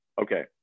Okay